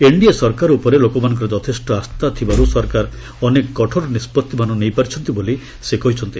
NDA ସରକାର ଉପରେ ଲୋକମାନଙ୍କର ଯଥେଷ୍ଟ ଆସ୍ଥା ଥିବାରୁ ସରକାର ଅନେକ କଠୋର ନିଷ୍କଭିମାନ ନେଇପାରିଛନ୍ତି ବୋଲି ସେ କହିଛନ୍ତି